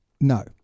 No